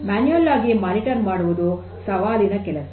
ಆದ್ದರಿಂದ ಮ್ಯಾನುಯಲ್ ಆಗಿ ಮೇಲ್ವಿಚಾರಣೆ ಮಾಡುವುದು ಸವಾಲಿನ ಕೆಲಸ